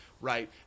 right